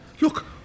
Look